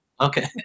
Okay